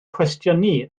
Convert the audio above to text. cwestiynu